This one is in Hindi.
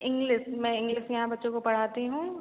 इंग्लिस मैं इंग्लिस यहाँ बच्चों को पढ़ाती हूँ